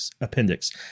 appendix